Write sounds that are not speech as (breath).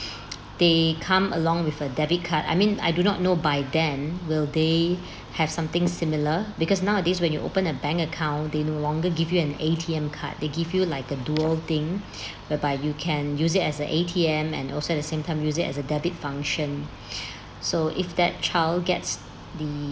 they come along with a debit card I mean I do not know by then will they have something similar because nowadays when you open a bank account they no longer give you an A_T_M card they give you like a duo thing (breath) whereby you can use it as an A_T_M and also at the same time use it as a debit function (breath) so if that child gets the